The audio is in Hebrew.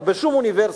בשום אוניברסיטה,